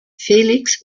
felix